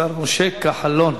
השר משה כחלון.